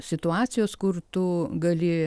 situacijos kur tu gali